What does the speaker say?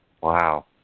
Wow